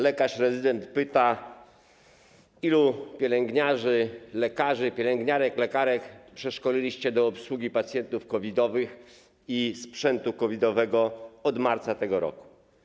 Lekarz rezydent pyta, ilu pielęgniarzy, lekarzy, pielęgniarek, lekarek przeszkoliliście do obsługi pacjentów COVID-owych i sprzętu COVID-owego od marca tego roku.